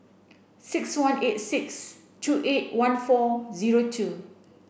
six one eight six two eight one four zero two